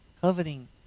coveting